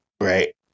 right